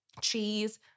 cheese